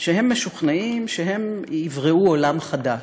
שהם משוכנעים שהם יבראו עולם חדש.